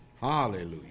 hallelujah